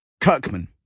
Kirkman